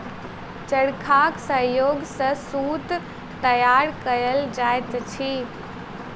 चरखाक सहयोग सॅ सूत तैयार कयल जाइत अछि